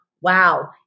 wow